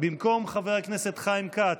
במקום חבר הכנסת חיים כץ,